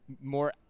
more –